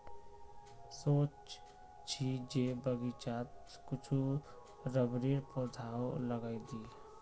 सोच छि जे बगीचात कुछू रबरेर पौधाओ लगइ दी